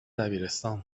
دبیرستان